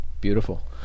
Beautiful